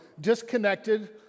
disconnected